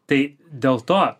tai dėl to